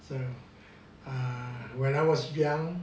so err when I was young